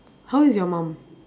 how old is your mum